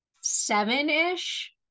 seven-ish